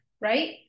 right